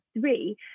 three